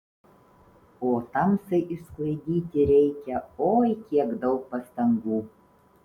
o tamsai išsklaidyti reikia oi kiek daug pastangų